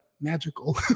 magical